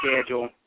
schedule